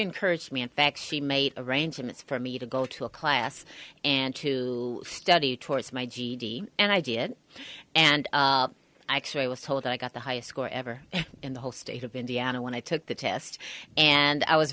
encouraged me in fact she made arrangements for me to go to a class and to study towards my ged and i did and x ray was told i got the highest score ever in the whole state of indiana when i took the test and i was